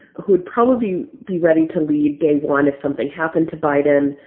who would probably be be ready to lead day one if something happened to biden,